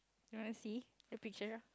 can I see the picture